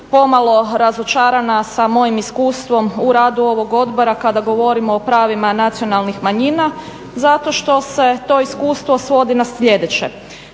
pomalo razočarana sa mojim iskustvom u radu ovog odbora kada govorimo o pravima nacionalnih manjina zato što se to iskustvo svodi na sljedeće.